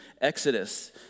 Exodus